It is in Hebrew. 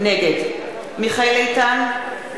נגד מיכאל איתן,